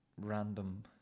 Random